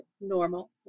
normal